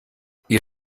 wir